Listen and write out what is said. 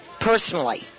personally